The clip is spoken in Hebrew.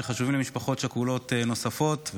שחשובים למשפחות שכולות נוספות,